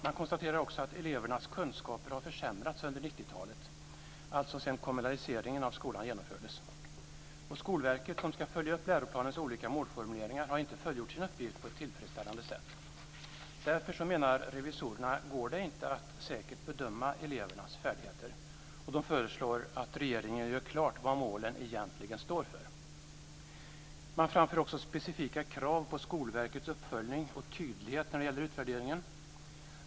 Man konstaterar också att elevernas kunskaper har försämrats under 90-talet, alltså sedan kommunaliseringen av skolan genomfördes. Och Skolverket, som ska följa upp läroplanens olika målformuleringar, har inte fullgjort sin uppgift på ett tillfredsställande sätt. Därför menar revisorerna att det inte går att säkert bedöma elevernas färdigheter. De föreslår att regeringen gör klart vad målen egentligen står för. Man framför också specifika krav på Skolverkets uppföljning och tydlighet när det gäller utvärderingen.